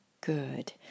good